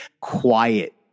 quiet